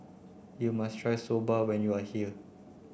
you must try Soba when you are here